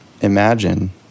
imagine